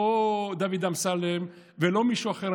לא דוד אמסלם ולא מישהו אחר,